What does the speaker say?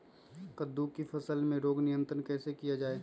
कददु की फसल में रोग नियंत्रण कैसे किया जाए?